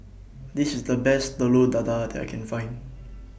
This IS The Best Telur Dadah that I Can Find